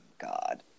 god